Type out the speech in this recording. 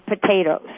potatoes